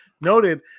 noted